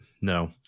no